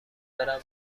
برم